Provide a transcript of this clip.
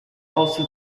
also